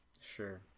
Sure